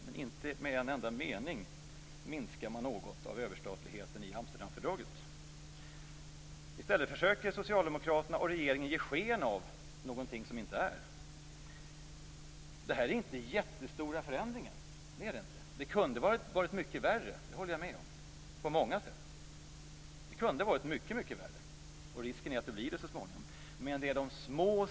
Men inte med en enda mening minskar man något av överstatligheten i och med Amsterdamfördraget. I stället försöker Socialdemokraterna och regeringen så att säga ge sken av någonting som inte är. Det här är inte jättestora förändringar. Det kunde på många sätt ha varit mycket värre; det håller jag med om. Ja, det kunde ha varit mycket mycket värre, och risken finns att det så småningom blir så.